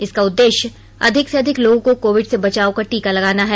इसका उद्देश्य अधिक से अधिक लोगों को कोविड से बचाव का टीका लगाना है